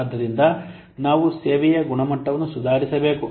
ಆದ್ದರಿಂದ ನಾವು ಸೇವೆಯ ಗುಣಮಟ್ಟವನ್ನು ಸುಧಾರಿಸಬೇಕು